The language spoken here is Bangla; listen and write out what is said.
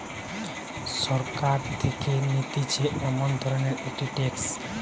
সরকার থেকে নিতেছে এমন ধরণের একটি ট্যাক্স